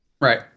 Right